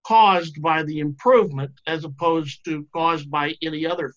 caused by the improvement as opposed to caused by any other